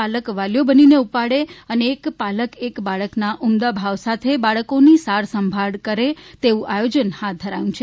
પાલક વાલી બનીને ઉપાડે અને એક પાલક એક બાળક ના ઉમદા ભાવ સાથે બાળકોની સાર સંભાળ કરે તેવું આયોજન હાથ ધરાયું છે